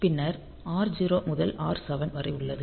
பின்னர் R0 முதல் R7 வரை உள்ளது